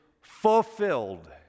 fulfilled